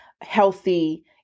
healthy